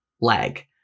Lag